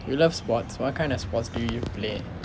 you love sports what kind of sports do you play